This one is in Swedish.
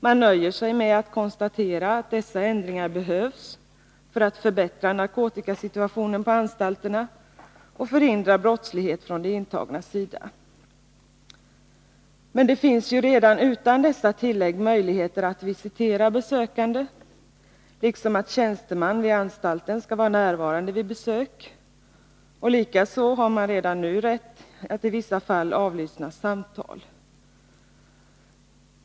Man nöjer sig med att konstatera att de behövs för att förbättra narkotikasituationen på anstalterna och förhindra brottslighet från de intagnas sida. Men det finns ju redan utan dessa tillägg möjligheter att visitera besökande, liksom att låta tjänsteman vid anstalten vara närvarande vid besök. Likaså har man redan nu rätt att i vissa fall avlyssna samtal.